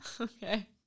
Okay